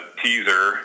teaser